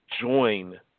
join